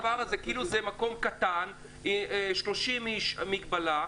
מאשרים או לא מאשרים אבל עדיין זה תלוי בהחלטות של הממשלה.